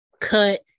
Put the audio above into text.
cut